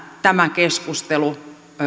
tämä keskustelu